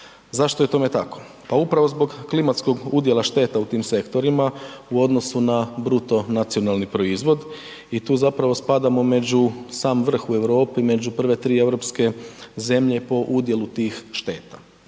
Zašto je tome tako? Pa upravo zbog klimatskog udjela šteta u tim sektorima u odnosu na bruto nacionalni proizvod i tu zapravo spadamo među sam vrh u Europi, među prve tri europske zemlje po udjelu tih šteta.